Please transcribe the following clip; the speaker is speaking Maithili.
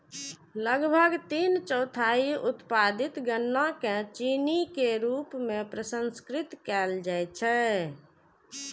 लगभग तीन चौथाई उत्पादित गन्ना कें चीनी के रूप मे प्रसंस्कृत कैल जाइ छै